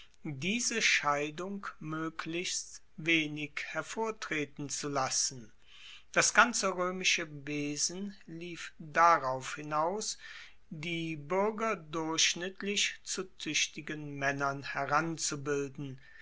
diese scheidung moeglichst wenig hervortreten zu lassen das ganze roemische wesen lief darauf hinaus die buerger durchschnittlich zu tuechtigen maennern heranzubilden